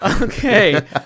Okay